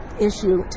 issue